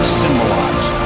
symbolize